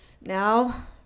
Now